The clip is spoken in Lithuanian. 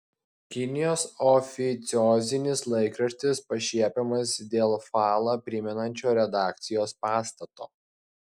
kinijos oficiozinis laikraštis pašiepiamas dėl falą primenančio redakcijos pastato